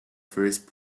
first